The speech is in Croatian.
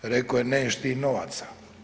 Rekao je „ne'š ti novaca“